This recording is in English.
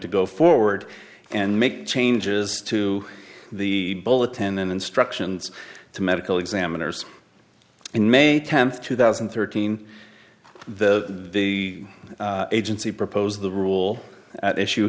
to go forward and make changes to the bulletin and instructions to medical examiners in may tenth two thousand and thirteen the agency proposed the rule at issue